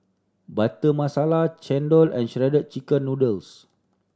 Butter Masala chendol and Shredded Chicken Noodles